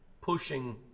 pushing